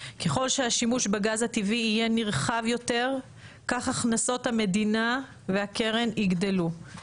ככל שהשימוש בגז הטבעי יהיה נרחב יותר כך הכנסות המדינה והקרן יגדלו,